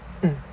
mm